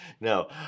No